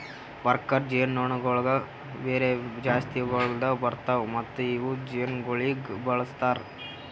worker ಜೇನುನೊಣಗೊಳ್ ಬೇರೆ ಬೇರೆ ಜಾತಿಗೊಳ್ದಾಗ್ ಬರ್ತಾವ್ ಮತ್ತ ಇವು ಜೇನುಗೊಳಿಗ್ ಬಳಸ್ತಾರ್